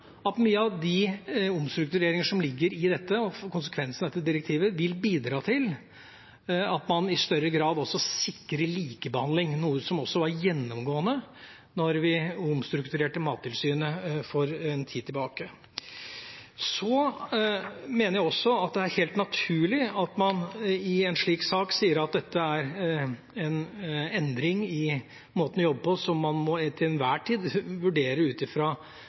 at mye av de omstruktureringer som ligger i dette og konsekvensen av dette direktivet, vil bidra til at man i større grad også sikrer likebehandling, noe som også var et gjennomgående tema da vi omstrukturerte Mattilsynet for en tid tilbake. Så mener jeg også at det er helt naturlig at man i en slik sak sier at dette er endring i måten å jobbe på som man til enhver tid må vurdere ut